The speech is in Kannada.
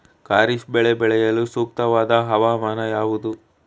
ಖಾರಿಫ್ ಬೆಳೆ ಬೆಳೆಯಲು ಸೂಕ್ತವಾದ ಹವಾಮಾನ ಯಾವುದು?